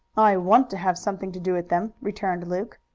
i want to have something to do with them, returned luke.